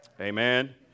Amen